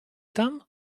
tam